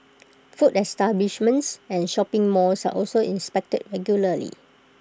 food establishments and shopping malls are also inspected regularly